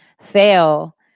fail